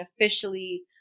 officially